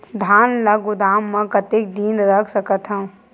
धान ल गोदाम म कतेक दिन रख सकथव?